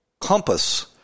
compass